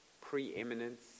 preeminence